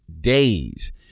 days